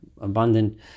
abundant